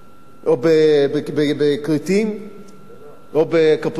או בכרתים או בקפריסין,